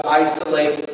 isolate